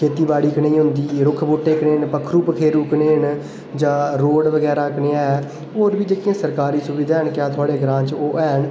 खेती बाड़ी कनेही होंदी रुख बूट्टे कनेह् न पक्खरु पखेरु कनेह् न होंदे जां रोड़ बगैरा कनेहा ऐ होर बी जेह्ड़ियां सरकारी सुविधा न क्या थुहाड़े ग्रांऽ च ओह् हैन